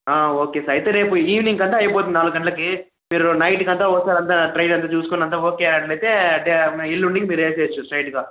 okay sir అయితే రేపు ఈవెనింగ్కి అంత అయిపోతుంది నాలుగు గంటలకి మీరు నైట్కి అంత ఒకసారి అంత ట్రయిల్ అంత చూసుకొని అంత ఓకే అనైతే ఎల్లుండి మీరు వేసేయచ్చు స్ట్రయిట్గా